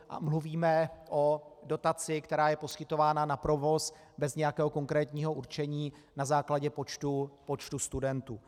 A mluvíme o dotaci, která je poskytována na provoz bez nějakého konkrétního určení, na základě počtu studentů.